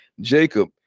Jacob